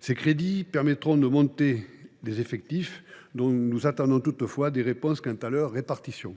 Ces crédits permettront d’accroître les effectifs, mais nous attendons des réponses quant à leur répartition.